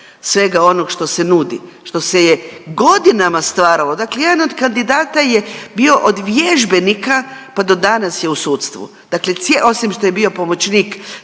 svega onog što se nudi, što se je godinama stvaralo. Dakle, jedan od kandidata je bio od vježbenika pa do danas je u sudstvu, dakle cijeli, osim što je bio pomoćnik